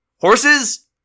Horses